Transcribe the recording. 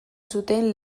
zuten